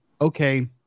okay